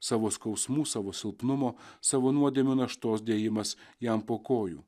savo skausmų savo silpnumo savo nuodėmių naštos dėjimas jam po kojų